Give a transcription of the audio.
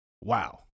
Wow